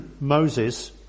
Moses